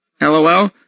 lol